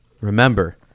remember